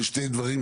יש שני דברים,